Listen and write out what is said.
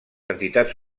entitats